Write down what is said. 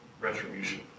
Retribution